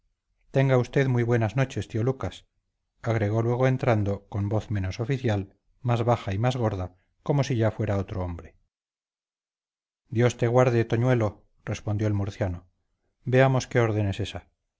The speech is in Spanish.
tenga usted muy buenas noches tío lucas agregó luego entrando y con voz menos oficial más baja y más gorda como si ya fuera otro hombre dios te guarde toñuelo respondió el murciano veamos qué orden es ésa